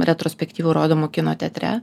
retrospektyvų rodomų kino teatre